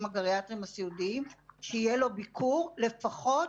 הגריאטריים הסיעודיים שיהיה לו ביקור לפחות